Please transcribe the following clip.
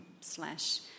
slash